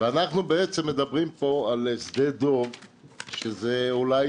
ואנחנו בעצם מדברים פה על שדה דב שזה אולי